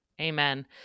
Amen